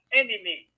enemy